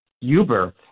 Uber